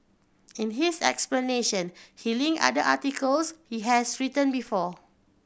in his explanation he linked other articles he has written before